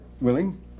willing